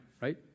right